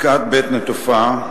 בקעת בית-נטופה,